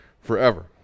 forever